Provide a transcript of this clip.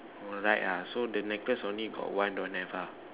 oh right ah so the necklace only got one don't have ah